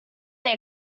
they